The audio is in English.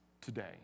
today